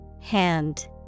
Hand